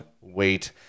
wait